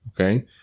Okay